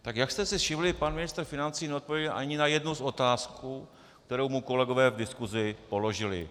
Tak jak jste si všimli, pan ministr financí neodpověděl ani na jednu otázku, kterou mu kolegové v diskusi položili.